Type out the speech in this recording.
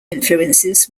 influences